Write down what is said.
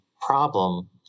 problem